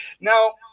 Now